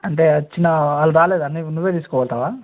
అంటే వచ్చిన వాళ్ళు రాలేదా అన్ని నువ్వే తీసుకుపోతవా